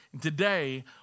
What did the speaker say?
Today